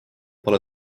pole